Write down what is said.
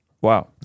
Wow